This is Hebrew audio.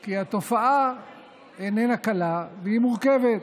כי התופעה איננה קלה והיא מורכבת,